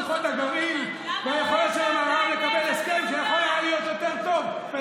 שיחות הגרעין והיכולת שלנו לקבל הסכם שהיה יכול להיות יותר טוב.